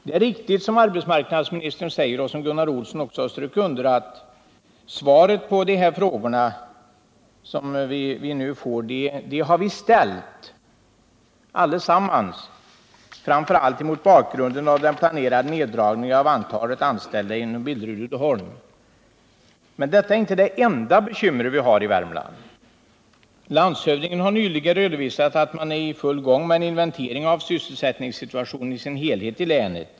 Det svar vi alla efterlyst i våra frågor är intressant mot bakgrunden av den planerade neddragningen av antalet anställda inom Billerud-Uddeholm AB. Men detta är inte det enda bekymret vi har i Värmland. Landshövdingen har nyligen redovisat att vi är i full gång med en inventering av sysselsättningssituationen i dess helhet i länet.